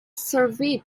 surveyed